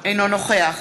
אינו נוכח